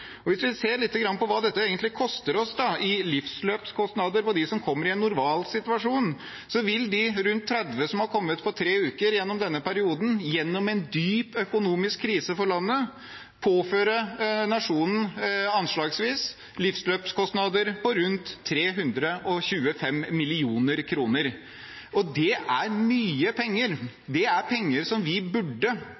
Hvis vi ser lite grann på hva dette egentlig koster oss i livsløpskostnader på dem som kommer i en normal situasjon, så vil de rundt 30 som har kommet på tre uker gjennom denne perioden, gjennom en dyp økonomisk krise for landet, påføre nasjonen anslagsvis livsløpskostnader på rundt 325 mill. kr. Det er mye penger.